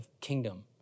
kingdom